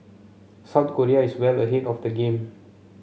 South Korea is well ahead of the game